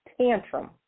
tantrum